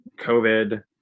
COVID